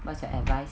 what's your advice